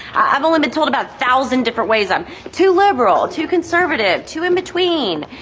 i've only been told about thousand different ways. i'm too liberal. too conservative. too in between.